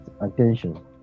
attention